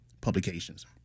publications